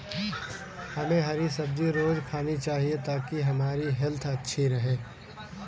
हमे हरी सब्जी रोज़ खानी चाहिए ताकि हमारी हेल्थ अच्छी रहे